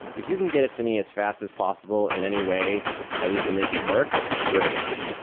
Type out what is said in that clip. if you can get it to me as fast as possible in any way that we can make it work, great.